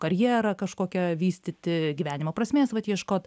karjerą kažkokią vystyti gyvenimo prasmės vat ieškot